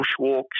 bushwalks